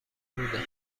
بودم